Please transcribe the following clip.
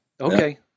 Okay